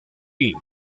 inc